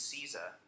Caesar